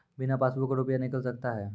बिना पासबुक का रुपये निकल सकता हैं?